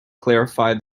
clarify